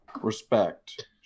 respect